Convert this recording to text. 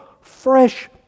fresh